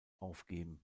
aufgeben